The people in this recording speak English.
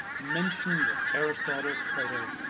mentioning what aristotle, plato,